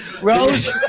Rose